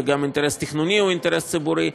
וגם אינטרס תכנוני הוא אינטרס ציבורי,